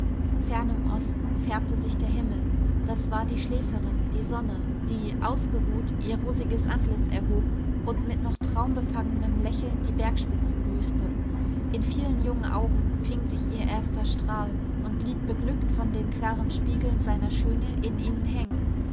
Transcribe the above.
fern im osten färbte sich der himmel das war die schläferin die sonne die ausgeruht ihr rosiges antlitz erhob und mit noch traumbefangenem lächeln die bergspitzen grüßte in vielen jungen augen fing sich ihr erster strahl und blieb beglückt von den klaren spiegeln seiner schöne in ihnen hängen